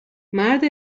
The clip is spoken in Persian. مرد